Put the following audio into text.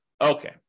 Okay